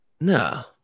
no